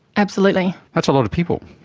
absolutely. that's a lot of people.